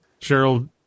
Cheryl